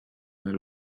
that